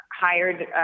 hired